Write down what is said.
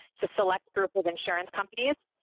it's a select group of insurance companies.